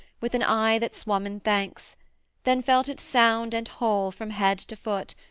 with an eye that swum in thanks then felt it sound and whole from head to foot,